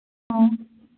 ꯑꯣ